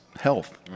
health